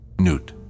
Newt